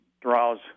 draws